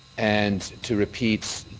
and to repeat,